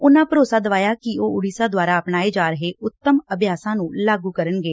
ਉਨਾਂ ਭਰੋਸਾ ਦਿਵਾਇਆ ਕਿ ਉਹ ਓਡੀਸ਼ਾ ਦੁਆਰਾ ਅਪਣਾਏ ਜਾ ਰਹੇ ਉਂਡਮ ਅਭਿਆਸਾਂ ਨੂੰ ਲਾਗੁ ਕਰਨਗੇ